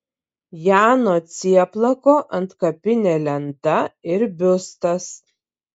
jano cieplako antkapinė lenta ir biustas